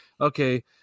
okay